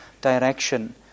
direction